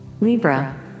Libra